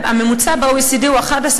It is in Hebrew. והממוצע ב-OECD הוא 11,